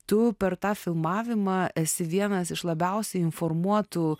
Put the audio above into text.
tu per tą filmavimą esi vienas iš labiausiai informuotų